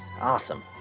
Awesome